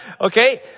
Okay